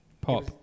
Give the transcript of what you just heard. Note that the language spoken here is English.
pop